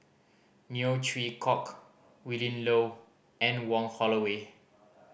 Neo Chwee Kok Willin Low Anne Wong Holloway